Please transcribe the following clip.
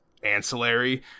Ancillary